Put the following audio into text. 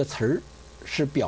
that's her should be